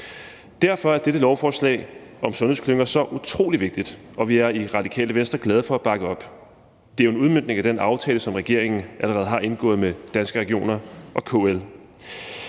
Derfor er dette lovforslag om sundhedsklynger så utrolig vigtigt, og vi er i Radikale Venstre glade for at bakke op. Det er jo en udmøntning af den aftale, som regeringen allerede har indgået med Danske Regioner og KL.